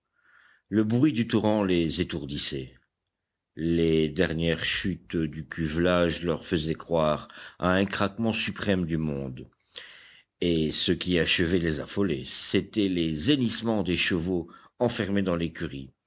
le bruit du torrent les étourdissait les dernières chutes du cuvelage leur faisaient croire à un craquement suprême du monde et ce qui achevait de les affoler c'étaient les hennissements des chevaux enfermés dans l'écurie